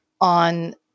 on